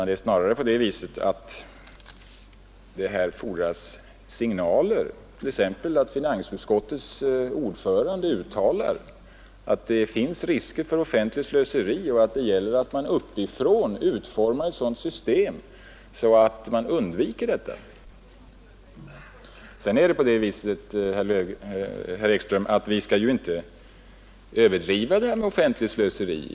Det är snarare på det viset att det här fordras vissa signaler, t.ex. att finansutskottets ordförande uttalar att det finns risker för offentligt slöseri och att det gäller att man uppifrån utformar ett sådant system att man undviker detta. Men vi skall inte överdriva detta med offentligt slöseri.